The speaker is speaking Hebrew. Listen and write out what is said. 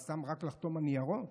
מה, סתם רק לחתום על ניירות?